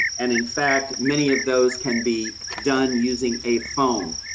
and in fact, many of those can be done using a phone.